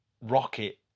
rocket